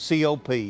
COP